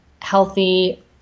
healthy